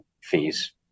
fees